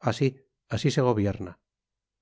así así se gobierna